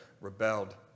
rebelled